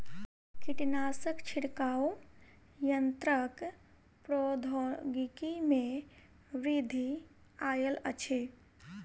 कीटनाशक छिड़काव यन्त्रक प्रौद्योगिकी में वृद्धि आयल अछि